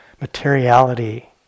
materiality